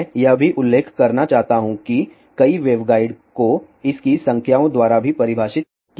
मैं यह भी उल्लेख करना चाहता हूं कि कई वेवगाइड को इसकी संख्याओं द्वारा भी परिभाषित किया गया है